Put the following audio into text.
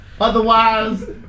Otherwise